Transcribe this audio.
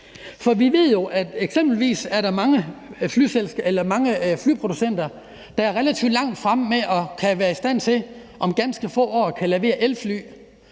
for vi ved jo, at der eksempelvis er mange flyproducenter, der er relativt langt fremme med hensyn til at kunne være i stand til om ganske få år at kunne levere elfly,